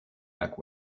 back